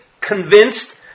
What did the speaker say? convinced